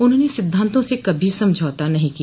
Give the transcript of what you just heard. उन्होंने सिद्धांतों से कभी समझौता नहीं किया